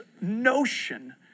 notion